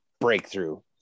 breakthrough